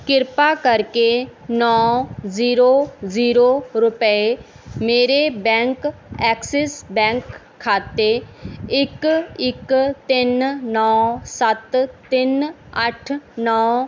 ਕ੍ਰਿਪਾ ਕਰਕੇ ਨੌ ਜ਼ੀਰੋ ਜ਼ੀਰੋ ਰੁਪਏ ਮੇਰੇ ਬੈਂਕ ਐਕਸਿਸ ਬੈਂਕ ਖਾਤੇ ਇੱਕ ਇੱਕ ਤਿੰਨ ਨੌ ਸੱਤ ਤਿੰਨ ਅੱਠ ਨੌ